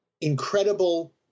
incredible